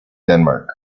denmark